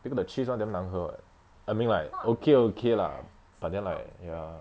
people the cheese [one] damn 难喝 [what] I mean like okay okay lah but then like ya